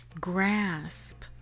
grasp